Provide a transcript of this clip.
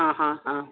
ആ ഹാ ആ